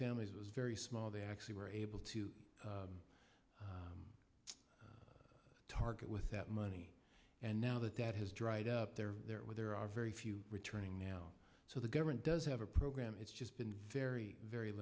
families it was very small they actually were able to target with that money and now that that has dried up there where there are very few returning now so the government does have a program it's just been very